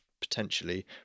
potentially